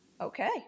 Okay